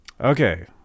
Okay